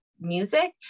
music